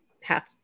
half